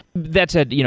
that said, you know